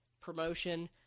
promotion